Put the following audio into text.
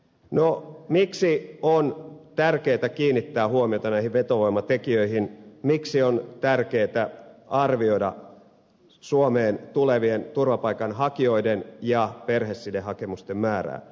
no miksi on tärkeätä kiinnittää huomiota näihin vetovoimatekijöihin miksi on tärkeätä arvioida suomeen tulevien turvapaikanhakijoiden ja perhesidehakemusten määrää